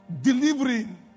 delivering